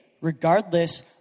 regardless